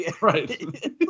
Right